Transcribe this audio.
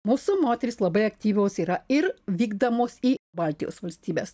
mūsų moterys labai aktyvios yra ir vykdamos į baltijos valstybes